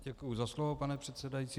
Děkuju za slovo, pane předsedající.